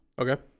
Okay